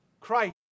Christ